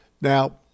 Now